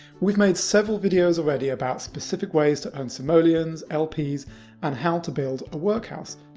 we've made several videos already about specific ways to earn simoleons, lps and how to build a work house.